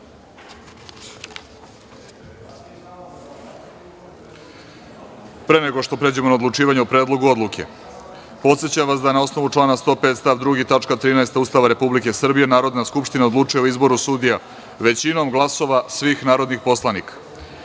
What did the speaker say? nego što pređemo na odlučivanje o Predlogu Odluke podsećam vas da na osnovu člana 105. stav 2. tačka 13. Ustava Republike Srbije Narodna skupština odlučuje o izboru sudija većinom glasova svih narodnih poslanika. Imajući